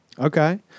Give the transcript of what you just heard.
Okay